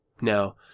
now